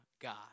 God